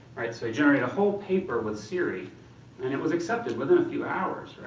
so generate a whole paper with siri and it was accepted within a few hours.